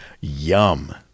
yum